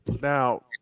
now